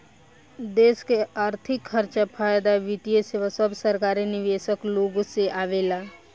देश के अर्थिक खर्चा, फायदा, वित्तीय सेवा सब सरकारी निवेशक लोग से आवेला